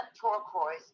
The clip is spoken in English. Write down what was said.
turquoise